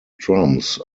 drums